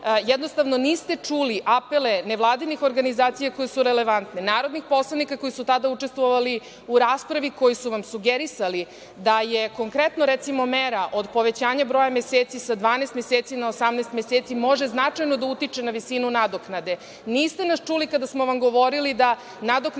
je to što niste čuli apele nevladinih organizacija koje su relevantne, narodnih poslanika koji su tada učestvovali u raspravi koji su vam sugerisali da je konkretno, recimo, mera od povećanja broja meseci sa 12 meseci na 18 meseci može značajno da utiče na visinu nadoknade. Niste nas čuli kada smo vam govorili da nadoknada